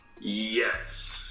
yes